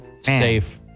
Safe